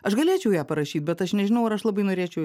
aš galėčiau ją parašyt bet aš nežinau ar aš labai norėčiau